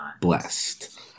blessed